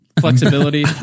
Flexibility